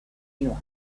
knew